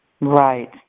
Right